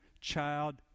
child